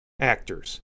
actors